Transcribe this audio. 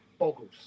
Boggles